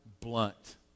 blunt